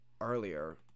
earlier